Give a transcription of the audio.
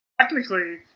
Technically